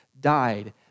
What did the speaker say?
died